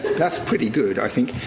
that's pretty good, i think.